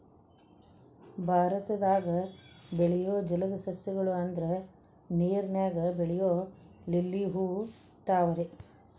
ಭಾರತದಾಗ ಬೆಳಿಯು ಜಲದ ಸಸ್ಯ ಗಳು ಅಂದ್ರ ನೇರಿನಾಗ ಬೆಳಿಯು ಲಿಲ್ಲಿ ಹೂ, ತಾವರೆ